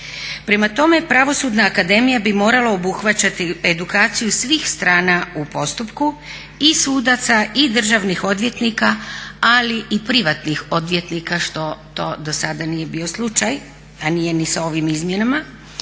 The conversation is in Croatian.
Prema tome, Pravosudna akademija bi morala obuhvaćati edukaciju svih strana u postupku, i sudaca i državnih odvjetnika, ali i privatnih odvjetnika što to do sada nije bio slučaj, a nije ni s ovim izmjenama.